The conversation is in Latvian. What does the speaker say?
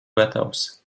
gatavs